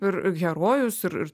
ir herojus ir ir